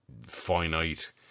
finite